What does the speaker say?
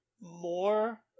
more